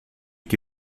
que